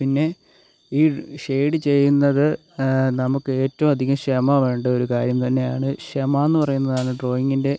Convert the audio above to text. പിന്നെ ഈ ഷെയ്ഡ് ചെയ്യുന്നത് നമുക്ക് ഏറ്റവും അധികം ക്ഷമ വേണ്ട ഒരു കാര്യം തന്നെയാണ് ക്ഷമ എന്ന് പറയുന്നതാണ് ഡ്രോയിങിൻ്റെ